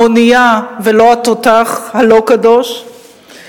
האונייה ולא התותח הלא-קדוש,